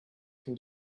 can